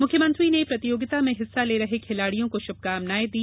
मुख्यमंत्री ने प्रतियोगिता में हिस्सा ले रहे खिलाड़ियों को शुभकामनाएं दी